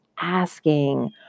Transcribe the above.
asking